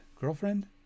girlfriend